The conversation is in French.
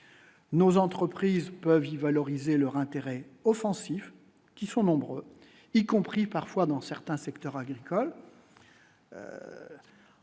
nos entreprises peuvent y valoriser leur intérêt offensif qui sont nombreux, y compris parfois dans certains secteurs agricoles.